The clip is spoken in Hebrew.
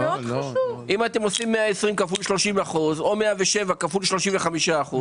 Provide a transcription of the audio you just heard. אם אתם עושים 120 כפול 30 אחוזים או 107 כפול 35 אחוזים.